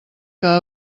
que